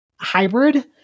hybrid